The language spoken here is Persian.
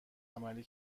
عملی